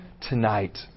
tonight